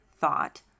thought